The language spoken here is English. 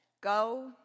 go